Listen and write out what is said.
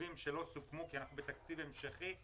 תקציבים שלא סוכמו כי אנחנו בתקציב המשכי.